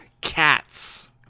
Cats